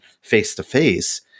face-to-face